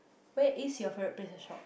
where is your favourite place to shop